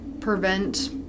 prevent